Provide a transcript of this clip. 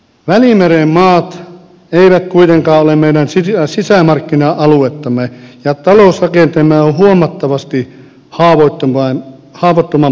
välimeren maat eivät kuitenkaan ole meidän sisämarkkina aluettamme ja talousrakenteemme on huomattavasti haavoittuvampi kuin saksan